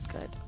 good